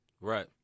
Right